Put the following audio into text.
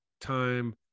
time